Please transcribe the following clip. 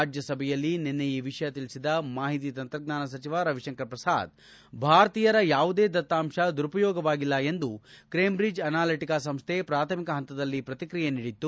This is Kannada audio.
ರಾಜ್ಯಸಭೆಯಲ್ಲಿ ನಿನ್ನೆ ಈ ವಿಷಯ ತಿಳಿಸಿದ ಮಾಹಿತಿ ತಂತ್ರಜ್ಞಾನ ಸಚಿವ ರವಿಶಂಕರ ಪ್ರಸಾದ್ ಭಾರತೀಯರ ಯಾವುದೇ ದತ್ತಾಂಶ ದುರುಪಯೋಗವಾಗಿಲ್ಲ ಎಂದು ಕೇಂಬ್ರಿಡ್ಜ್ ಅನಾಲಿಟಿಕ ಸಂಸ್ಥೆ ಪ್ರಾಥಮಿಕ ಹಂತದಲ್ಲಿ ಪ್ರತಿಕ್ರಿಯೆ ನೀಡಿತ್ತು